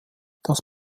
das